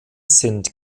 sind